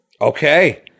Okay